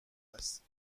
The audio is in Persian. است